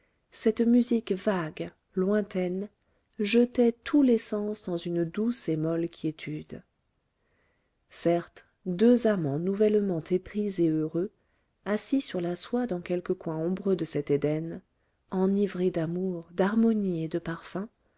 cette musique vague lointaine jetaient tous les sens dans une douce et molle quiétude certes deux amants nouvellement épris et heureux assis sur la soie dans quelque coin ombreux de cet éden enivrés d'amour d'harmonie et de parfum